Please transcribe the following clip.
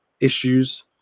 issues